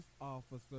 officer